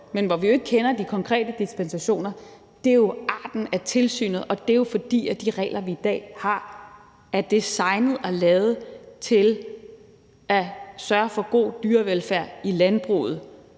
men hvor vi ikke kender de konkrete dispensationer, er arten af tilsynet, og det er jo, fordi de regler, vi i dag har, er designet og lavet til at sørge for god dyrevelfærd i landbruget,